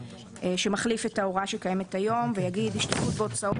שמחליף את ההוראה שקיימת היום ויגיד: השתתפות בהוצאות